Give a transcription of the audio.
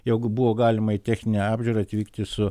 jog buvo galima į techninę apžiūrą atvykti su